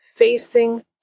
Facing